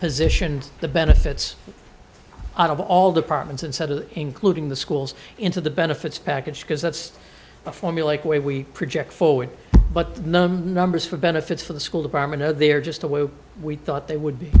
positioned the benefits of all departments instead of including the schools into the benefits package because that's a formulaic way we project forward but the numbers for benefits for the school department are they are just the way we thought they would be